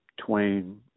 Twain